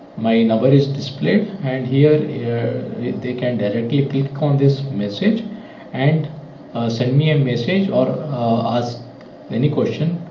my number is displayed and here here they can directly click on this message and send me a message or ask any question.